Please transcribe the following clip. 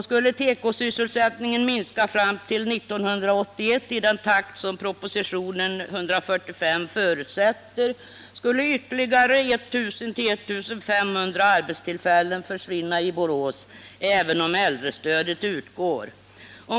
Skulle tekosysselsättningen minska fram till 1981 i den takt som propositionen 145 förutsätter, skulle ytterligare 1000-1 500 arbetstillfällen försvinna i Borås, även om äldrestödet utgår.